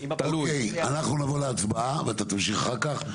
אוקיי, אנחנו נעבור להצבעה ואתה תמשיך אחר כך.